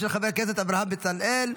של חבר הכנסת אברהם בצלאל.